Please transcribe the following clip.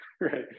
right